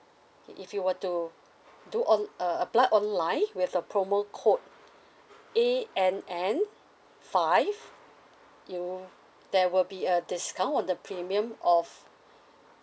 if you were to do onl~ uh apply online with a promo code A N N five you'll there will be a discount on the premium of